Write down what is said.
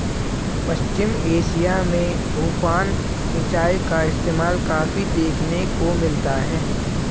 पश्चिम Asia में उफान सिंचाई का इस्तेमाल काफी देखने को मिलता है